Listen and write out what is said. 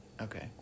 Okay